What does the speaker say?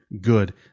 good